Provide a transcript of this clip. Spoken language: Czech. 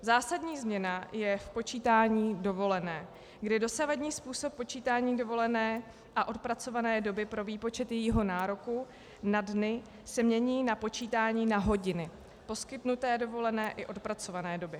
Zásadní změna je v počítání dovolené, kdy dosavadní způsob počítání dovolené a odpracované doby pro výpočet jejího nároku na dny se mění na počítání na hodiny poskytnuté dovolené i odpracované doby.